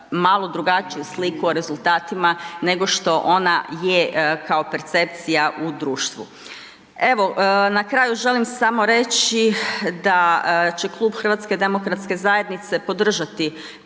malo drugačiju sliku o rezultatima nego što ona je kao percepcija u društvu. Na kraju želim samo reći da će klub HDZ-a podržati